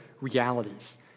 realities